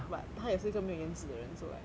but 他也是一个没有颜值的人 so like